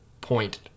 point